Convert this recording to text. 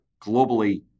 Globally